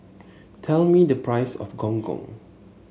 tell me the price of Gong Gong